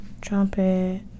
Trumpet